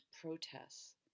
protests